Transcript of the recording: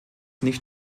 nicht